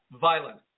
violent